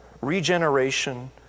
regeneration